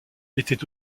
était